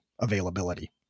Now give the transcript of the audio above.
availability